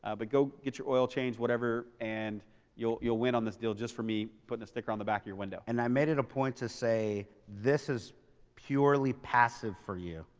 ah but go get your oil change, whatever. and you'll you'll win on this deal just for me putting a sticker on the back of your window. and i made it a point to say, this is purely passive for you,